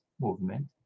Movement